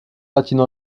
latino